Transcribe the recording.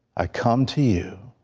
i come to you,